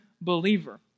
believer